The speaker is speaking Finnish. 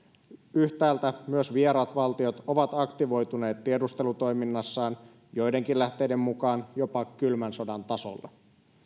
yhtäältä myös vieraat valtiot ovat aktivoituneet tiedustelutoiminnassaan joidenkin lähteiden mukaan jopa kylmän sodan tasolle